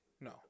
No